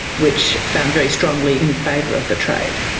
which found very strongly in favour of the trade.